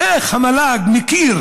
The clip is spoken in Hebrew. איך המל"ג מכיר